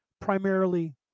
primarily